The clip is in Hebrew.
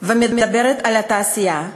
ומדברת על התעשייה,